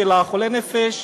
של חולה נפש,